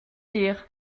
dire